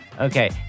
Okay